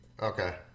Okay